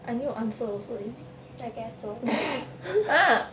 I need to answer also is it !huh!